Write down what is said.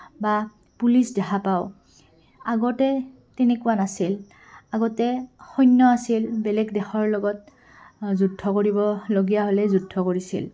বা পুলিচ দেখা পাওঁ আগতে তেনেকুৱা নাছিল আগতে সৈন্য আছিল বেলেগ দেশৰ লগত যুদ্ধ কৰিবলগীয়া হ'লে যুদ্ধ কৰিছিল